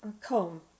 come